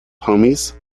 homies